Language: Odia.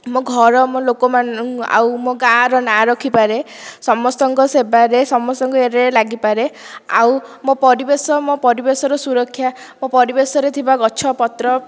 ମୋ ଘର ମୋ ଲୋକମାନ ଆଉ ମୋ ଗାଁର ନାଁ ରଖିପାରେ ସମସ୍ତଙ୍କ ସେବାରେ ସମସ୍ତଙ୍କରେ ଲାଗି ପାରେ ଆଉ ମୋ ପରିବେଶ ମୋ ପରିବେଶର ସୁରକ୍ଷା ମୋ ପରିବେଶରେ ଥିବା ଗଛପତ୍ର